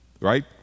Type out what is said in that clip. right